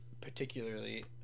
particularly